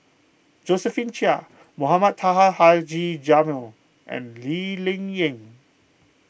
Josephine Chia Mohamed Taha Haji Jamil and Lee Ling Yen